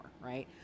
right